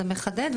זה מחדד,